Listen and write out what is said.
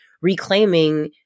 reclaiming